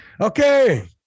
Okay